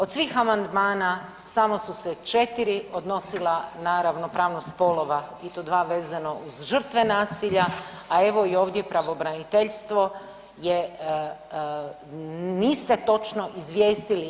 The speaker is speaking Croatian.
od svih amandmana, samo su se 4 odnosila na ravnopravnost spolova, i to 2 vezana uz žrtve nasilja, a evo i ovdje Pravobraniteljstvo je, niste točno izvijestili.